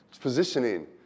positioning